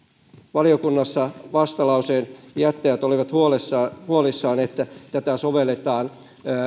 valiokunnassa vastalauseen jättäjät olivat huolissaan huolissaan että tätä sovelletaan